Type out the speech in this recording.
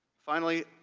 finally,